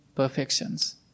Perfections